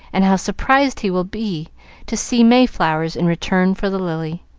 and how surprised he will be to see mayflowers in return for the lily.